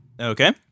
Okay